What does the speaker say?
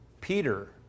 Peter